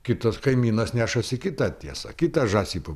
kitas kaimynas nešasi kitą tiesą kitą žąsį po